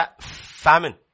famine